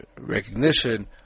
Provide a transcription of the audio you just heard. recognition